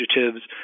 adjectives